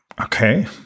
Okay